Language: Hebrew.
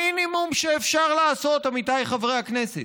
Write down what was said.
המינימום שאפשר לעשות, עמיתיי חברי הכנסת,